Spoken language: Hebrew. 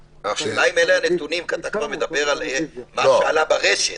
השאלה היא אם אלה הנתונים כי אתה מדבר על מה שעלה ברשת.